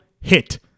hit